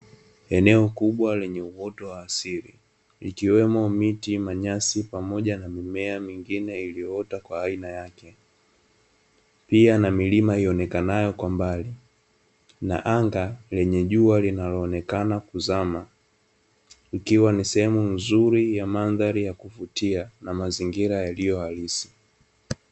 Eneo kubwa lenye uoto wa asili, ikiwemo miti, manyasi pamoja na mimea mingine iliyoota kwa aina yake, pia na milima ionekanayo kwa mbali na anga lenye jua linaloonekana kuzama. Ikiwa ni sehemu nzuri ya mandhari ya kuvutia na mazingira yaliyo halisi.